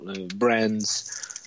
brands